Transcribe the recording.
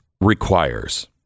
requires